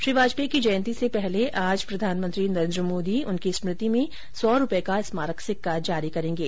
श्री वाजपेयी की जयंती से पहले आज प्रधानमंत्री नरेंद्र मोदी उनकी स्मृति में सौ रुपये का स्मारक सिक्का जारी करेंगे